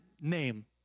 name